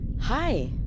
Hi